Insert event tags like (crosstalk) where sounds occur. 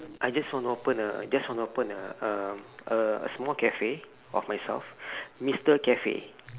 I just wanna open just wanna open a a a small cafe of myself (breath) mister cafe